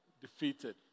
defeated